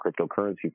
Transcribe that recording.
cryptocurrency